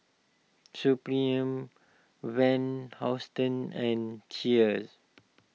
Supreme Van Housten and Cheers